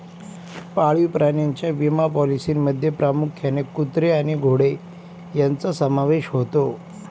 पाळीव प्राण्यांच्या विमा पॉलिसींमध्ये प्रामुख्याने कुत्रे आणि घोडे यांचा समावेश होतो